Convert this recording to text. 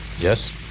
Yes